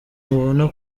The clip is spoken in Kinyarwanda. mubona